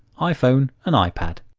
iphone and um ipad.